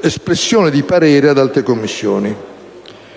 espressione di pareri ad altre Commissioni.